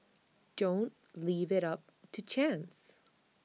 don't leave IT up to chance